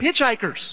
hitchhikers